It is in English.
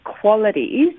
qualities